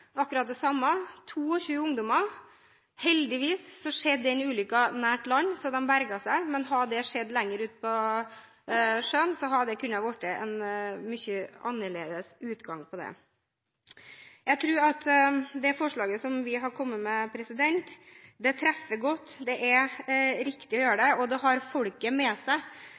akkurat det samme – 22 ungdommer. Heldigvis skjedde den ulykken nær land, så de berget seg, men hadde det skjedd lenger utpå sjøen, hadde det kunne hatt en helt annerledes utgang. Jeg tror at det forslaget som vi har kommet med, treffer godt. Det er riktig å gjøre det, og det har folket med seg.